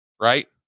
right